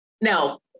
No